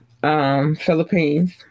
Philippines